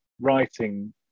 writing